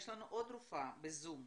יש לנו עוד רופא ב-זום,